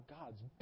God's